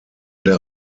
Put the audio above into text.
der